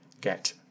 get